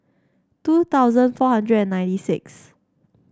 two thousand four hundred and ninety six